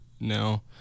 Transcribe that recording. now